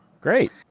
Great